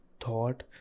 thought